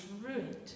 ruined